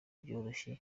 byoroheje